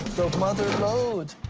mother lode.